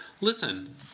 Listen